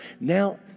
now